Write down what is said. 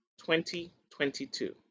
2022